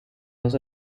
dos